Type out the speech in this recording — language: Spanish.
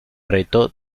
reto